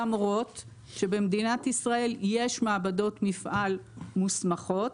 למרות שבמדינת ישראל יש מעבדות מפעל מוסמכות,